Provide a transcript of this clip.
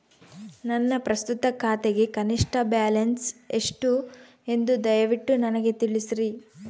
ನನ್ನ ಪ್ರಸ್ತುತ ಖಾತೆಗೆ ಕನಿಷ್ಠ ಬ್ಯಾಲೆನ್ಸ್ ಎಷ್ಟು ಎಂದು ದಯವಿಟ್ಟು ನನಗೆ ತಿಳಿಸ್ರಿ